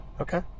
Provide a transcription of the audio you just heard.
Okay